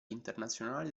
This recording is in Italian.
internazionale